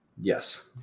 Yes